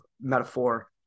metaphor